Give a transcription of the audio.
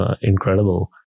incredible